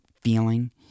feeling